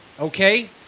okay